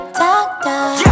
doctor